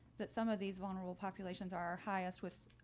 that some of these vulnerable populations are highest with